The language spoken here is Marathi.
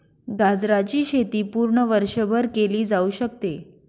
गाजराची शेती पूर्ण वर्षभर केली जाऊ शकते